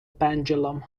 pendulum